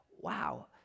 wow